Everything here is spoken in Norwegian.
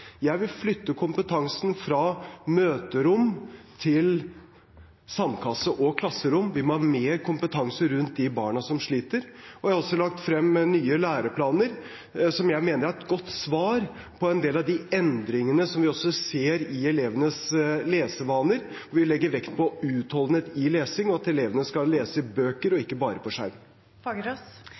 Jeg vil flytte kompetansen fra møterom til sandkasse og klasserom. Vi må ha mer kompetanse rundt de barna som sliter. Jeg har også lagt frem nye læreplaner, som jeg mener er et godt svar på en del av de endringene som vi også ser i elevenes lesevaner, og vi legger vekt på utholdenhet i lesing og at elevene skal lese bøker og ikke bare på